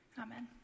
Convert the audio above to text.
Amen